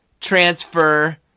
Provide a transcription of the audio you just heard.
transfer